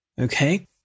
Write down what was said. Okay